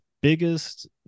biggest